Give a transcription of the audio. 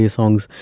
songs